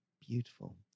beautiful